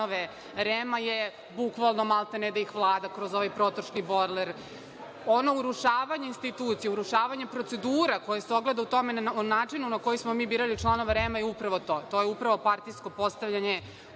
REM-a je bukvalno da ih Vlada, kroz protočni bojler. Ono urušavanje institucija, urušavanje procedura koje se ogledaju u načinu na koji smo birali članove REM-a je upravo to. to je upravo partijsko postavljanje